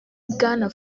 bwana